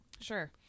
Sure